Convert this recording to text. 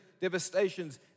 devastations